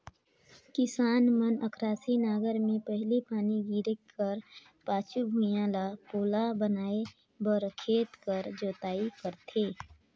किसान मन अकरासी नांगर मे पहिल पानी गिरे कर पाछू भुईया ल पोला बनाए बर खेत कर जोताई करथे